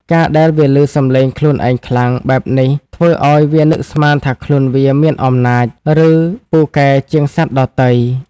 ការដែលវាឮសំឡេងខ្លួនឯងខ្លាំង បែបនេះធ្វើឱ្យវានឹកស្មានថាខ្លួនវាមានអំណាច ឬពូកែជាងសត្វដទៃ។